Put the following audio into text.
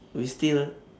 we still